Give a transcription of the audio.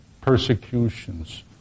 persecutions